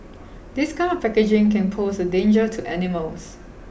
this kind of packaging can pose a danger to animals